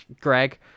Greg